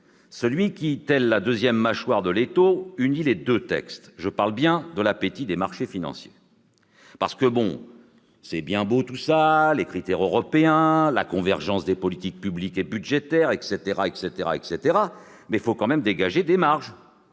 celui qui, telle la deuxième mâchoire de l'étau, unit les deux textes : l'appétit des marchés financiers. Parce que c'est bien beau les critères européens, la convergence des politiques publiques et budgétaires, etc. Mais il faut tout de même dégager des marges